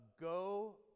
go